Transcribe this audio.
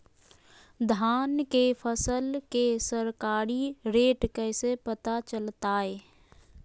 धान के फसल के सरकारी रेट कैसे पता चलताय?